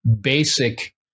basic